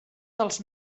dels